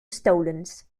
stolons